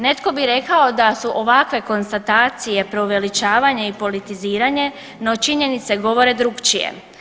Netko bi rekao da su ovakve konstatacije preuveličavanje i politiziranje no činjenice govore drukčije.